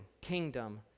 kingdom